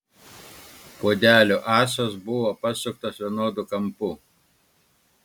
puodelių ąsos buvo pasuktos vienodu kampu